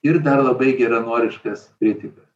ir dar labai geranoriškas kritikas